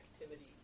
activity